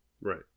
Right